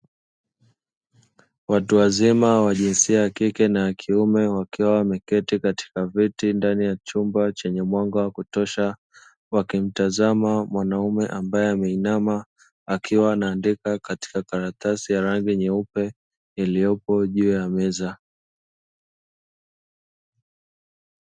Watu wazima wa jinsia ya kike na kiume wakiwa wameketi katika viti ndani ya chumba chenye mwanga wa kutosha, wakimtazama mwanaume ambaye ameinama akiwa anaandika katika karatasi ya rangi nyeupe iliyopo juu ya meza.